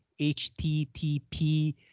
HTTP